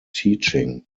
teaching